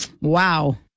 wow